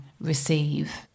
receive